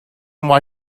why